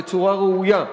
בצורה ראויה.